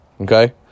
Okay